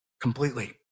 completely